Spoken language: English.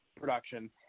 production